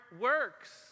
works